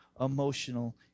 emotional